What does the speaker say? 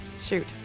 Shoot